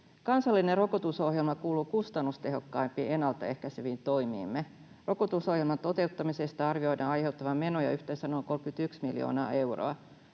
Kansallinen rokotusohjelma kuuluu kustannustehokkaimpiin ennaltaehkäiseviin toimiimme. Rokotusohjelman toteuttamisesta arvioidaan aiheutuvan menoja yhteensä noin 31 miljoonaa euroa.